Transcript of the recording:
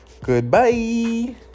Goodbye